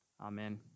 Amen